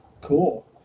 Cool